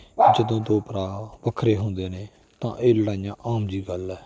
ਜਦੋਂ ਦੋ ਭਰਾ ਵੱਖਰੇ ਹੁੰਦੇ ਨੇ ਤਾਂ ਇਹ ਲੜਾਈਆਂ ਆਮ ਜਿਹੀ ਗੱਲ ਹੈ